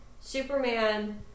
Superman